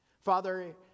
Father